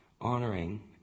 Honoring